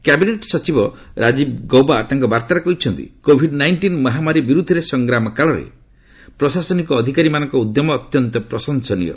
cabinet ସଚି ରାଜୀବ ଗୌବା ତାଙ୍କ ବାର୍ତ୍ତାରେ କହିଛିନ୍ତି କୋଭିଡ୍ ନାଇଷ୍ଟିନ୍ ମହାମାରୀ ବିରୁଦ୍ଧରେ ସଂଗ୍ରାମ କାଳରେ ପ୍ରଶାସନିକ ଅଧିକାରୀମାନଙ୍କ ଉଦ୍ୟମ ଅତ୍ୟନ୍ତ ପ୍ରଶଂସନୀୟ